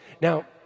Now